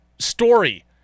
story